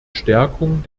stärkung